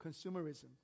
consumerism